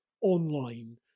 online